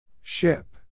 Ship